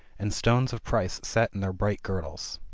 and stones of price set in their bright girdles.